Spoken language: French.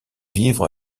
vivre